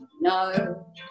No